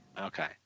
Okay